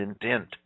intent